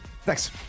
Thanks